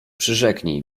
przyrzeknij